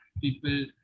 people